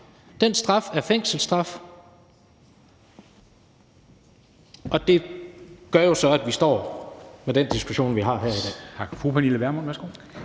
Den straf er fængselsstraf, og det gør jo så, at vi står med den diskussion, vi har her i dag.